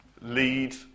lead